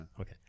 Okay